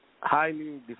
highly